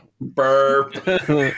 Burp